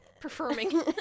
performing